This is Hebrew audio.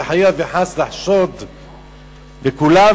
וחלילה וחס לחשוד בכולם,